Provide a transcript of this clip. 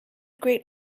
great